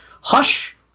Hush